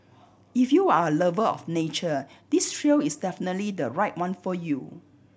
if you're a lover of nature this trail is definitely the right one for you